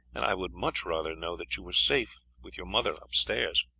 and i would much rather know that you were safe with your mother upstairs.